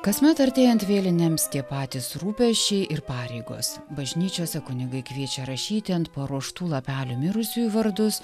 kasmet artėjant vėlinėms tie patys rūpesčiai ir pareigos bažnyčiose kunigai kviečia rašyti ant paruoštų lapelių mirusiųjų vardus